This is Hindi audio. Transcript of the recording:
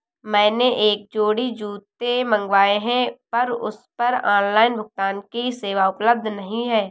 मैंने एक जोड़ी जूते मँगवाये हैं पर उस पर ऑनलाइन भुगतान की सेवा उपलब्ध नहीं है